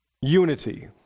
Unity